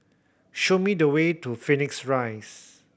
show me the way to Phoenix Rise